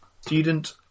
Student